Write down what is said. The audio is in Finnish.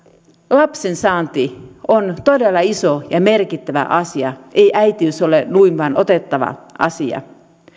lapsen saanti on todella iso ja merkittävä asia ei äitiys ole noin vain otettava asia